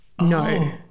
No